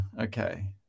okay